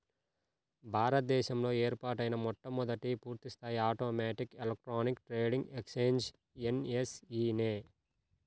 భారత దేశంలో ఏర్పాటైన మొట్టమొదటి పూర్తిస్థాయి automatic electronic trading exchange NSE నే